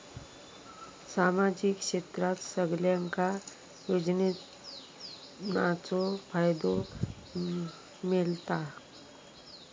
सामाजिक क्षेत्रात सगल्यांका योजनाचो फायदो मेलता?